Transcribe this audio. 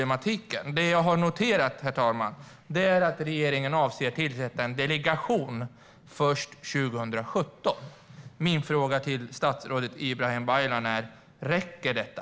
Herr talman! Det jag har noterat är att regeringen avser att tillsätta en delegation först 2017. Min fråga till statsrådet Ibrahim Baylan är: Räcker detta?